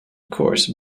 course